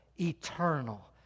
eternal